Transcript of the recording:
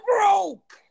broke